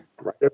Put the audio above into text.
Right